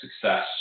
success